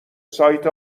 سایت